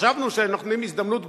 חשבנו שאנחנו נותנים הזדמנות גדולה.